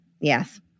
yes